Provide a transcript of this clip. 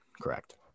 Correct